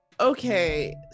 okay